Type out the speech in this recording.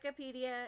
Wikipedia